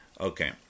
Okay